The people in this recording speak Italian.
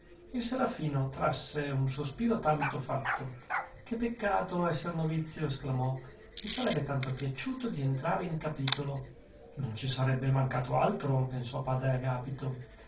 il serafino trasse un sospiro tanto fatto che peccato esser novizio esclamò mi sarebbe tanto piaciuto di entrare in capitolo non ci sarebbe mancato altro pensò padre agapito